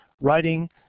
writing